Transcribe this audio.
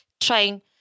trying